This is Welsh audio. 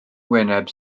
wyneb